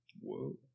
Whoa